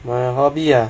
my hobby ah